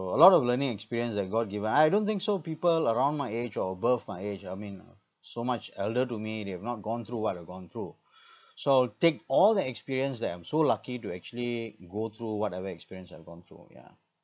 a lot of learning experience that god given I don't think so people around my age or above my age I mean uh so much elder to me they've not gone through what I've gone through so take all the experience that I'm so lucky to actually go through whatever experience I've gone through yeah